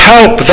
Help